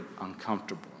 uncomfortable